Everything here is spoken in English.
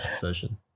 version